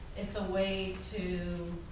it's a way to